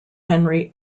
henry